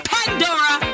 Pandora